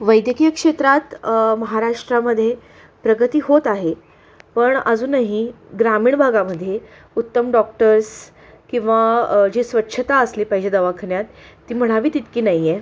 वैद्यकीय क्षेत्रात महाराष्ट्रामध्ये प्रगती होत आहे पण अजूनही ग्रामीण भागामध्ये उत्तम डॉक्टर्स किंवा जे स्वच्छता असली पाहिजे दवाखान्यात ती म्हणावी तितकी नाही आहे